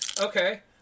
Okay